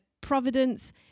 providence